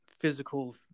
physical